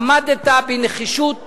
עמדת בנחישות